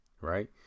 right